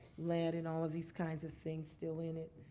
lead and all of these kinds of things still in it.